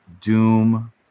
Doom